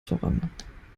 voran